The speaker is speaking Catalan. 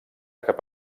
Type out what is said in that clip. cap